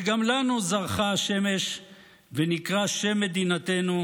וגם לנו זרחה השמש ונקרא שם מדינתנו,